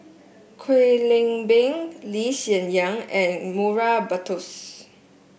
Kwek Leng Beng Lee Hsien Yang and Murray Buttrose